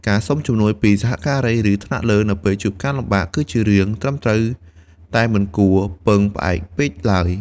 ការសុំជំនួយពីសហការី ឬថ្នាក់លើ នៅពេលជួបការលំបាក គឺជារឿងត្រឹមត្រូវ តែមិនគួរពឹងផ្អែកពេកឡើយ។